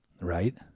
Right